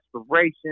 aspiration